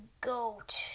Goat